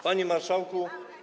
Panie Marszałku!